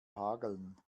hageln